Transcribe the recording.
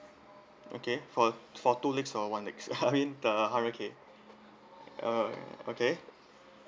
okay for for two legs or one leg I mean the hundred K oh okay